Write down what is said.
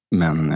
men